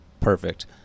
perfect